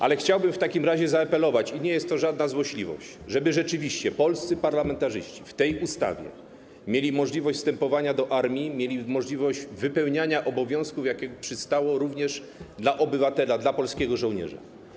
Ale chciałbym w takim razie zaapelować - i nie jest to żadna złośliwość - żeby rzeczywiście polscy parlamentarzyści w tej ustawie mieli możliwość wstępowania do armii, mieli możliwość wypełniania obowiązków, jak przystało również na obywatela, na polskiego żołnierza.